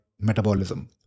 metabolism